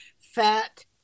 fat